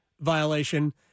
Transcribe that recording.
violation